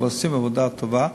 אבל עושים עבודה טובה.